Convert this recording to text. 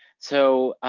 so,